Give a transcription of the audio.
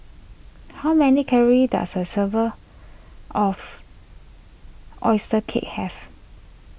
how many calories does a server of Oyster Cake have